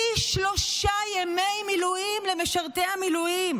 פי שלושה ימי מילואים למשרתי המילואים,